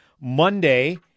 Monday